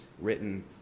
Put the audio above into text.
written